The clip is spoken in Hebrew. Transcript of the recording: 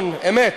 בן-גוריון, אמת.